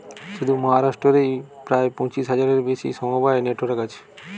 শুধু মহারাষ্ট্র রেই প্রায় পঁচিশ হাজারের বেশি সমবায় নেটওয়ার্ক আছে